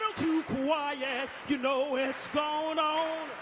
too quiet. yes, you know it's gone on.